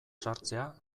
sartzea